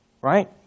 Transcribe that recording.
right